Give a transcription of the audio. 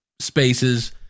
spaces